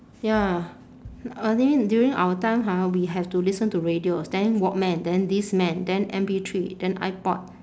ya earlier during our time ha we have to listen to radios then walkman then discman then M_P three then ipod